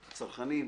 צרכנים,